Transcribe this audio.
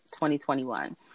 2021